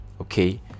Okay